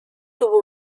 tuvo